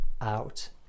out